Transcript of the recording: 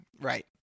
Right